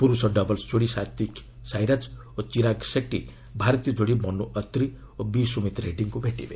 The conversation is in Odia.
ପୁରୁଷ ଡବଲ୍ସ୍ ଯୋଡ଼ି ସାତ୍ୱିକ ସାଇରାଜ ଓ ଚିରାଗ୍ ସେଟି ଭାରତୀୟ ଯୋଡ଼ି ମନୁ ଅତ୍ରି ଓ ବି ସୁମିତ୍ ରେଡ୍ଗୀଙ୍କୁ ଭେଟିବେ